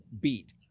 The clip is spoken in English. beat